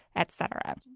et cetera?